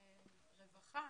רווחה,